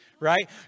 right